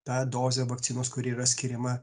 ta dozė vakcinos kuri yra skiriama